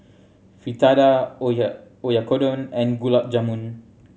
Fritada Oyakodon and Gulab Jamun